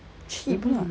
cheap lah